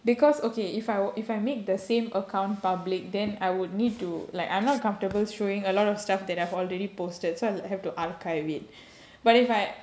because okay if I were if I make the same account public then I would need to like I'm not comfortable showing a lot of stuff that I've already posted so I I have to archive it but if I